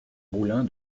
moulin